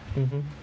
mmhmm